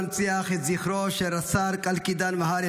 להנציח את זכרו של רס"ר קאלקידן מהרי,